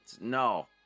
No